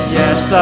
yes